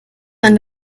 einen